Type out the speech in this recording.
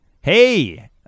Hey